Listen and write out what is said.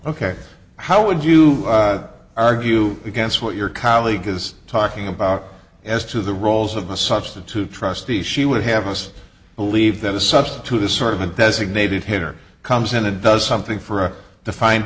ok how would you argue against what your colleague is talking about as to the roles of a substitute trustee she would have us believe that a substitute is sort of a designated hitter comes in and does something for the fine